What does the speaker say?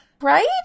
Right